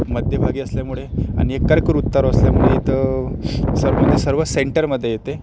मध्यभागी असल्यामुळे आणि हे कर्कवृत्तावर असल्यामुळे इथं सर म्हणजे सर्व सेंटरमध्ये येते